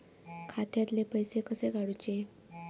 खात्यातले पैसे कसे काडूचे?